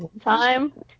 time